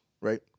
right